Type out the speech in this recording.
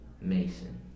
Mason